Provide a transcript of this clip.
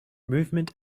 movement